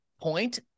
point